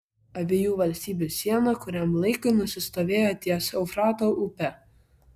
abiejų valstybių siena kuriam laikui nusistovėjo ties eufrato upe